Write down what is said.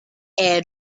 air